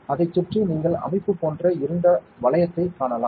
அதைச் சுற்றி நீங்கள் அமைப்பு போன்ற இருண்ட வளையத்தைக் காணலாம்